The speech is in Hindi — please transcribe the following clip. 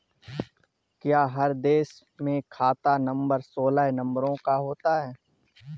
क्या हर देश में खाता नंबर सोलह नंबरों का होता है?